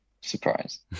Surprise